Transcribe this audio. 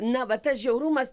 na va tas žiaurumas